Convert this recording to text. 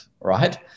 right